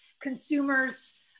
consumers